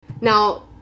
Now